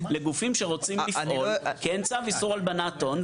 לגופים שרוצים לפעול כי אין צו איסור הלבנת הון,